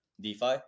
DeFi